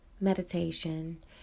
meditation